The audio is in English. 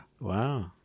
Wow